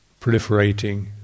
proliferating